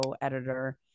editor